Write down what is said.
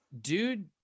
Dude